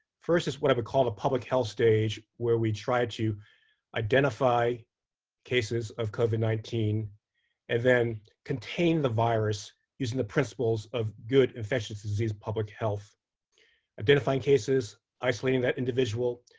first is what i would call the public health stage, where we try to identify cases of covid nineteen and then contain the virus using the principles of good infectious disease public health identifying cases, isolating that individual,